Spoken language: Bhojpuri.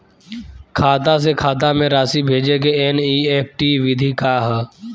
खाता से खाता में राशि भेजे के एन.ई.एफ.टी विधि का ह?